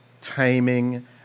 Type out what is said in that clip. timing